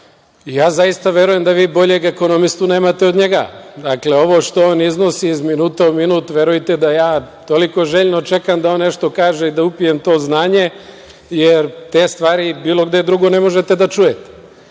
i zaista verujem da vi boljeg ekonomistu nemate od njega. Dakle, ovo što on iznosi iz minuta u minut verujte da toliko željno čekam da on nešto kaže i da upijem to znanje, jer te stvari bilo gde drugde ne možete da čujete.